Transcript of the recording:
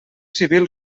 civil